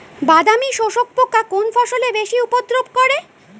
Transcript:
বাদামি শোষক পোকা কোন ফসলে বেশি উপদ্রব করে?